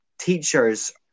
teachers